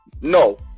No